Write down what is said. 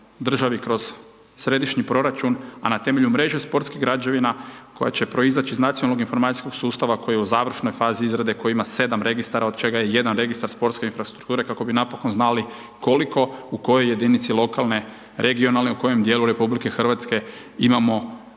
državi kroz središnji proračun, a na temelju mreže sportskih građevina, koje će proizaći iz nacionalnog informacijskog sustava, koji je u završnoj fazi izrade, koji ima 7 registara, od čega je 1 registar sportske infrastrukture, kako bi napokon znali, koliko, u kojoj jedinici lokalne, regionalne, u kojem dijelu RH imamo